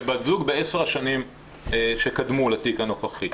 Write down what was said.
בת זוג בעשר השנים שקדמו לתיק הנוכחי.